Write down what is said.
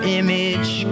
image